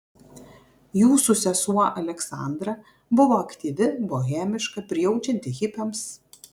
jūsų sesuo aleksandra buvo aktyvi bohemiška prijaučianti hipiams